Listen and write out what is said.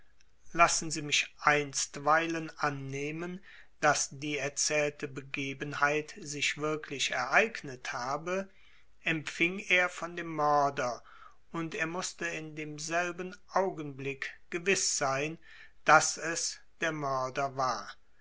lassen sie mich einstweilen annehmen daß die erzählte begebenheit sich wirklich ereignet habe empfing er von dem mörder und er mußte in demselben augenblick gewiß sein daß es der mörder war